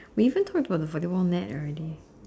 we even talked about the volleyball net already